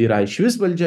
yra išvis valdžia